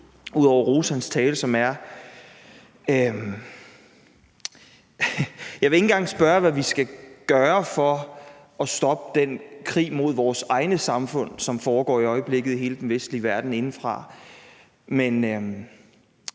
udover at rose hans tale, men jeg vil ikke engang spørge, hvad vi skal gøre for at stoppe den krig mod vores egne samfund, som foregår i øjeblikket i hele den vestlige verden, indefra. Jeg